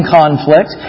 conflict